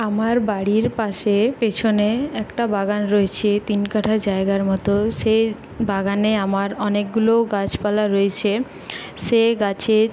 আমার বাড়ির পাশে পেছনে একটা বাগান রয়েছে তিন কাঠা জায়গার মতো সেই বাগানে আমার অনেকগুলো গাছপালা রয়েছে সেই গাছে